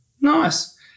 Nice